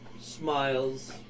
smiles